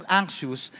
anxious